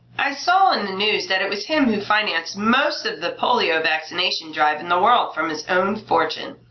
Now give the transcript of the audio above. i saw on the news that it was him who financed most of the polio vaccination drive in the world from his own fortune.